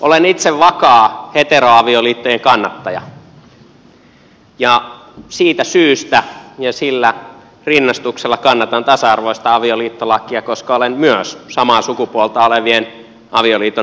olen itse vakaa heteroavioliittojen kannattaja ja siitä syystä ja sillä rinnastuksella kannatan tasa arvoista avioliittolakia koska olen myös samaa sukupuolta olevien avioliiton kannattaja